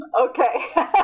Okay